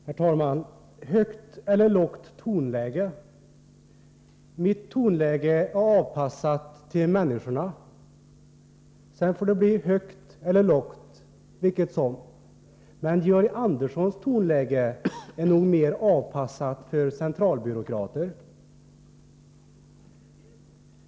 Herr talman! Högt elier lågt tonläge — mitt tonläge är avpassat till människorna. Sedan får det bli högt eller lågt, vilket som, men Georg Anderssons tonläge är nog mer avpassat till centralbyråkrater.